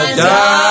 die